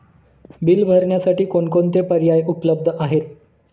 Bill भरण्यासाठी कोणकोणते पर्याय उपलब्ध आहेत?